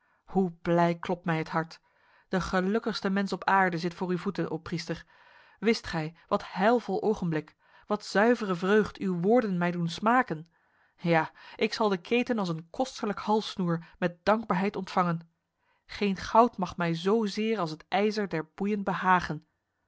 hoe blij klopt mij het hart de gelukkigste mens op aarde zit voor uw voeten o priester wist gij wat heilvol ogenblik wat zuivere vreugd uw woorden mij doen smaken ja ik zal de keten als een kostelijk halssnoer met dankbaarheid ontvangen geen goud mag mij zozeer als het ijzer der boeien behagen